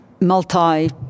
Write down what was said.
multi-